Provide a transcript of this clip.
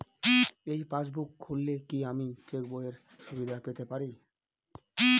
এই পাসবুক খুললে কি আমি চেকবইয়ের সুবিধা পেতে পারি?